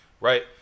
right